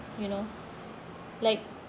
you know like